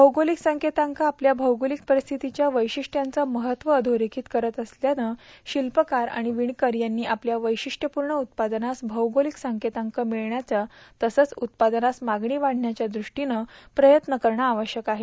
भौगोलिक संकेतांक आपल्या भौगोलिक परिस्थितीच्या वैशिष्टयाचं महत्व अधोरेखित करत असल्यानं शिल्पकार आणि विणकर यांनी आपल्या वैशिष्टयपूर्ण उत्पादनास भौगोलिक संकेतांक मिळण्याच्या तसंच उत्पादनास मागणी वाढण्याच्या दृष्टीनं प्रयत्न करणं आवश्यक आहे